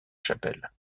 chapelle